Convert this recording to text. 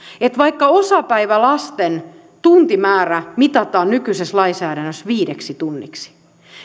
että vaikka osapäivälasten tuntimäärä mitataan nykyisessä lainsäädännössä viideksi tunniksi